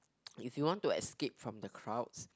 if you want to escape from the crowds